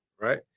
right